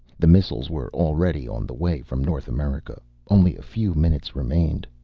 the missiles were already on the way from north america. only a few minutes remained.